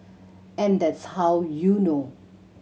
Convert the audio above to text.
and that's how you know